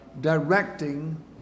directing